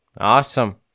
Awesome